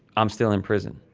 i'm still in prison